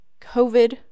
COVID